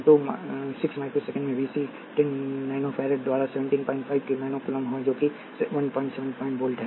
तो 6 microsecond में V c 10 nanofarad द्वारा 175 नैनो कूलम्ब होगा जो कि 175 वोल्ट है